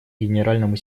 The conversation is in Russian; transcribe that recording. генеральному